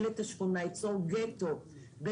כל נושא רישוי שירותים לרכב,